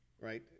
right